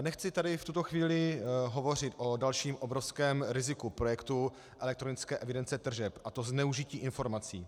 Nechci tady v tuto chvíli hovořit o dalším obrovském riziku projektu elektronické evidence tržeb, a to zneužití informací.